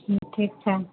हूँ ठीक छै